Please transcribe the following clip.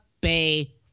Bay